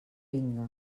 vinga